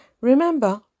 Remember